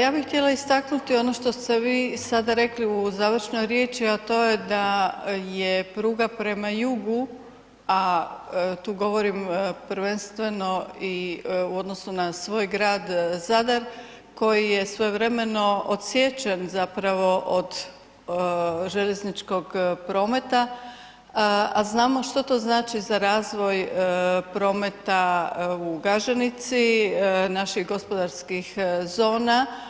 ja bih htjela istaknuti ono što ste vi sada rekli u završnoj riječi, a to je da je pruga prema jugu, a tu govorim prvenstveno i u odnosu na svoj grad Zadar koji je svojevremeno odsječen zapravo od željezničkog prometa, a znamo što to znači za razvoj prometa u Gaženici, naših gospodarskih zona.